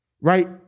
right